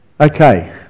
Okay